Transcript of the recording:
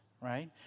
right